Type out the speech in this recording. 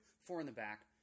Four-in-the-back